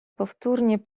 powtórnie